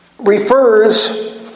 refers